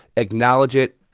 acknowledge it.